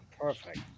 perfect